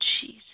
Jesus